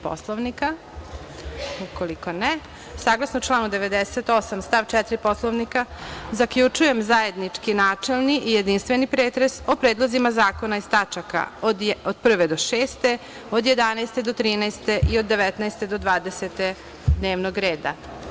Poslovnika? (Ne.) Saglasno članu 98. stav 4. Poslovnika, zaključujem zajednički načelni i jedinstveni pretres o predlozima zakona iz tačaka od 1. do 6, od 11. do 13. i od 19. do 20. dnevnog reda.